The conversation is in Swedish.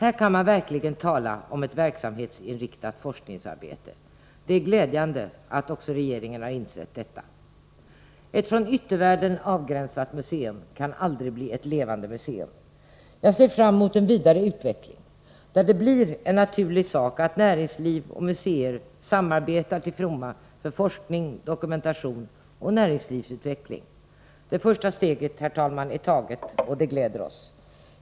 Här kan man verkligen tala om ett verksamhetsinriktat forskningsarbete. Det är glädjande att också regeringen har insett detta. Ett från yttervärlden avgränsat museum kan aldrig bli ett levande museum. Jag ser fram emot en vidare utveckling där det blir en naturlig sak att näringsliv och museer samarbetar till fromma för forskning, dokumentation och näringslivsutveckling. Herr talman! Det första steget är taget, och det glädjer oss.